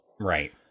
Right